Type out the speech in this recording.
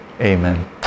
amen